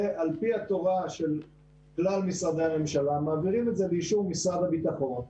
ועל פי התורה של כלל משרדי הממשלה מעבירים את זה לאישור משרד הביטחון.